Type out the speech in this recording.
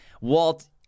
Walt